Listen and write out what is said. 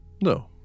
No